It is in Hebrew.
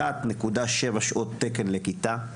1.7 שעות תקן לכיתה,